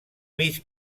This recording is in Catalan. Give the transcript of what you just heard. mig